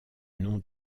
nom